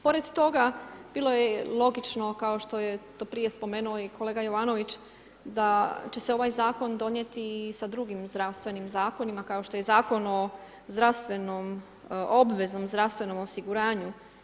Pored toga, bilo je logično kao što je to prije spomenuo i kolega Jovanović da će se ovaj Zakon donijeti i sa drugim zdravstvenim zakonima kao što je Zakon o obveznom zdravstvenom osiguranju.